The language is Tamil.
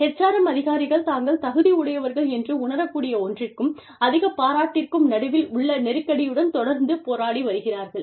HRM அதிகாரிகள் தாங்கள் தகுதி உடையவர்கள் என்று உணரக் கூடிய ஒன்றிற்கும் அதிக பாராட்டிற்கும் நடுவே உள்ள நெருக்கடியுடன் தொடர்ந்து போராடி வருகிறார்கள்